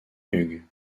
hughes